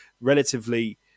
relatively